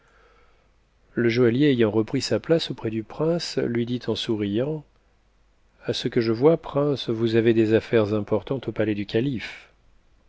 le joaillier ayant repris sa place auprès du prince lui dit en souriant a ce que je vois prince vous avez des asaires importantes au palais du calife